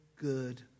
good